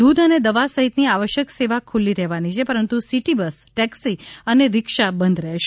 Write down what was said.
દૂધ અને દવા સહિત ની આવશ્યક સેવા ખુલ્લી રહેવાની છે પરંતુ સિટી બસ ટૅક્સી અને રિક્ષા બંધ રહેશે